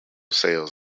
sales